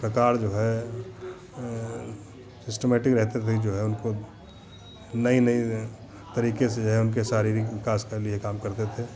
प्रकार जो है सिस्टमैटिक रहते थे कि जो है उनको नए नए तरीके से जो है उनके शारीरिक विकास के लिए काम करते थे